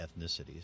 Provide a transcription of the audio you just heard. ethnicities